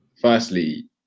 firstly